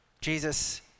Jesus